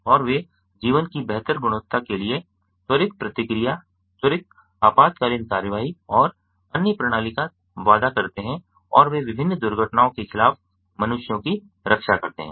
और वे जीवन की बेहतर गुणवत्ता के लिए त्वरित प्रतिक्रिया त्वरित आपातकालीन कार्रवाई और अन्य प्रणाली का वादा करते हैं और वे विभिन्न दुर्घटनाओं के खिलाफ मनुष्यों की रक्षा करते हैं